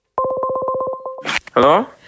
Hello